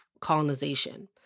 colonization